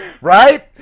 Right